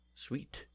Sweet